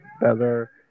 better